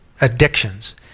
addictions